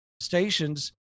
stations